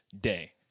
day